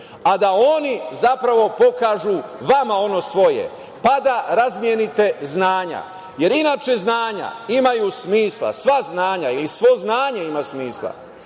a da oni pokažu vama ono svoje pa da razmenite znanja, jer inače znanja imaju smisla, sva znanja ili svo znanje ima smisla